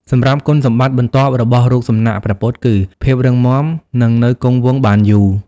សម្រាប់គុណសម្បត្តិបន្ទាប់របស់រូបសំណាកព្រះពុទ្ធគឺ ភាពរឹងមាំនិងនៅគង់វង្សបានយូរ។